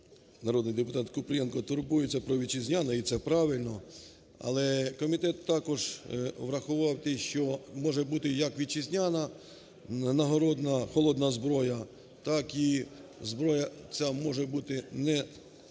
народний депутатКупрієнко турбується про вітчизняне, і це правильно. Але комітет також врахував те, що може бути як вітчизняна нагородна холодна зброя, так і зброя ця може бути інша